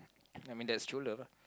I mean that's true love ah